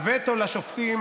הווטו לשופטים